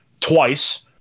twice